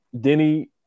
denny